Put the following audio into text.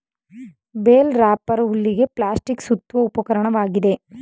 bale wrapper ಹುಲ್ಲಿಗೆ plastic ಸುತ್ತುವ ಉಪಕರಣವಾಗಿದೆ